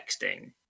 texting